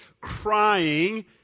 crying